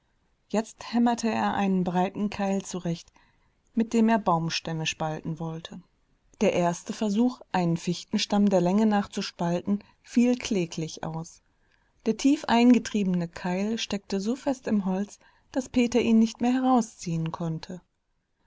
jetzt hämmerte er einen breiten keil zurecht mit dem er baumstämme spalten wollte der erste versuch einen fichtenstamm der länge nach zu spalten fiel kläglich aus der tief eingetriebene keil steckte so fest im holz daß peter ihn nicht mehr herausziehen konnte